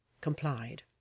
complied